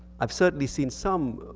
i've certainly seen some,